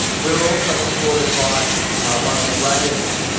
we were also supported by one of the greatest